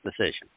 decision